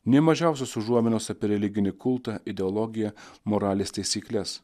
nei mažiausios užuominos apie religinį kultą ideologiją moralės taisykles